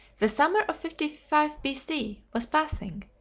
the summer of fifty five b c. was passing,